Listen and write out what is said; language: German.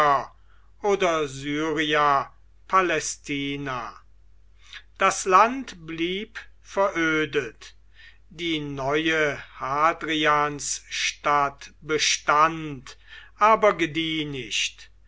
oder syria palaestina das land blieb verödet die neue hadriansstadt bestand aber gedieh nicht